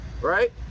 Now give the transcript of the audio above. right